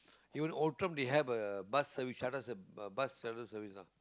you in Outram there have a bus service shuttle serve bus shuttle service lah